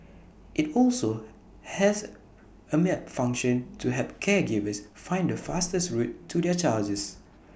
IT also has A map function to help caregivers find the fastest route to